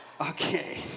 Okay